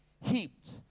heaped